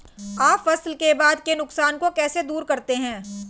आप फसल के बाद के नुकसान को कैसे दूर करते हैं?